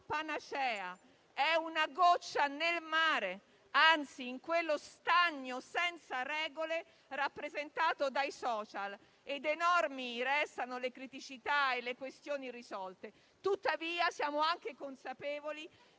panacea ma una goccia nel mare, anzi in quello stagno senza regole rappresentato dai *social*, ed enormi restano le criticità e le questioni irrisolte. Tuttavia, siamo anche consapevoli che